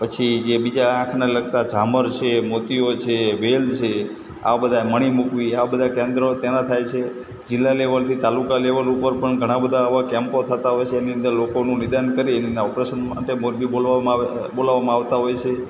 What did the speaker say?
પછી જે બીજા આંખના લગતા ઝામર છે મોતિયો છે વેલ છે આવાં બધાં મણિ મૂકવી આવાં બધાં કેન્દ્રો તેના થાય છે જિલ્લા લેવલથી તાલુકા લેવલ ઉપર પણ ઘણા બધા આવા કેમ્પો થતા હોય છે એની અંદર લોકોનું નિદાન કરીને ઓપરેશન માટે મોરબી બોલવામાં બોલાવવામાં આવતા હોય છે